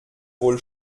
wohl